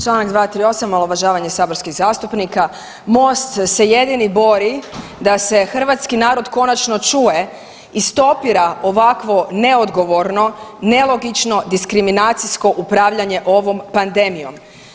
Članak 238. omalovažavanje saborskih zastupnika, MOST se jedini bori da se hrvatski narod konačno čuje i stopira ovakvo neodgovorno, nelogično, diskriminacijsko upravljanje ovom pandemijom.